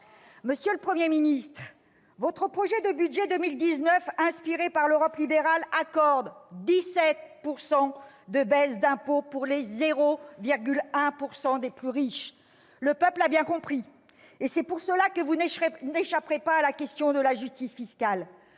Monsieur le Premier ministre, votre projet de budget pour 2019, inspiré par l'Europe libérale, accorde 17 % de baisse d'impôt aux 0,1 % des Français les plus riches. Le peuple l'a bien compris, et c'est pour cela que vous n'échapperez pas à la question de la justice fiscale.